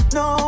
no